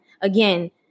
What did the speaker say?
again